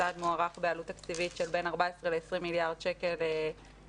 הצעד מוערך בעלות תקציבים של בין 14 ל-20 מיליארד שקל לבסיס,